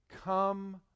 come